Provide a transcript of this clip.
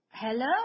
Hello